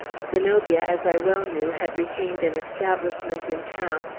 zenobia, as i well knew, had retained an establishment in town,